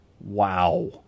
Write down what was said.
wow